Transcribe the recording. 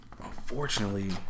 unfortunately